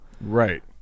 Right